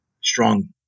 Strong